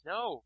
No